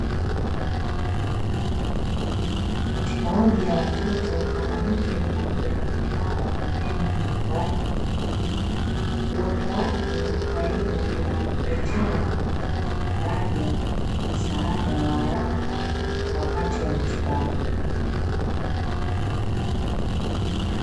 Katika wodi ya watoto mwanamke mmoja amelala pembeni ya mtoto wake, uwepo wake karibu kuna mletea mtoto faraja na msaada wa haraka wakati wa matibabu.